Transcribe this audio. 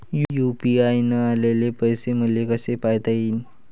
UPI न आलेले पैसे मले कसे पायता येईन?